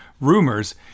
rumors